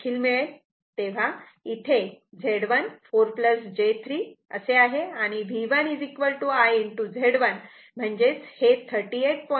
तेव्हा इथे Z1 4 j 3 आहे म्हणून V1 I Z1 38